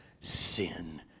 sin